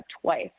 twice